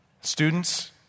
Students